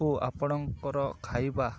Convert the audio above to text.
ଓ ଆପଣଙ୍କର ଖାଇବା